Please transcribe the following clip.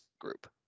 group